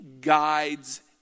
guides